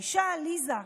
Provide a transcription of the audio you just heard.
האישה: ליזה.